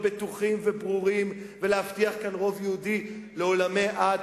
בטוחים וברורים ולהבטיח כאן רוב יהודי לעולמי עד,